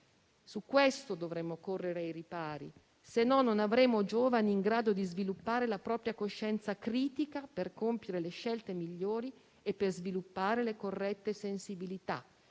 Su questo dovremmo correre ai ripari, altrimenti non avremo giovani in grado di sviluppare la propria coscienza critica per compiere le scelte migliori e per sviluppare le corrette sensibilità,